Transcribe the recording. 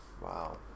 Wow